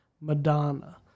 madonna